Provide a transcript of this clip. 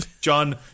John